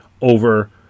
over